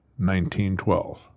1912